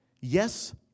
Yes